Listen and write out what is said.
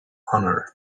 honor